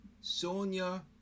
Sonia